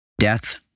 death